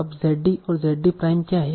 अब Z d और Z d prime क्या हैं